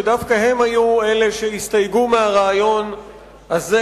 שדווקא הם היו אלה שהסתייגו מהרעיון הזה